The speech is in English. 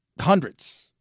hundreds